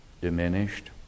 diminished